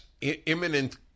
imminent